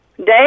Dave